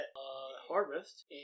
harvest